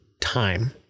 time